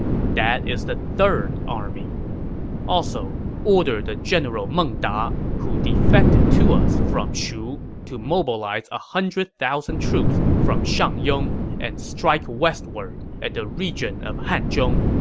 that is the third army also, order the general meng da, who defected to us from shu, to mobilize one hundred thousand troops from shangyong and strike westward at the region of hanzhong.